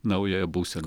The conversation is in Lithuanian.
naująją būseną